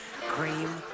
cream